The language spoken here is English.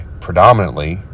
predominantly